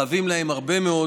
חבים להם הרבה מאוד,